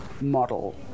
model